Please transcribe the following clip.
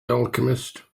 alchemist